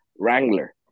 Wrangler